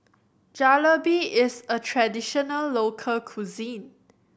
jalebi is a traditional local cuisine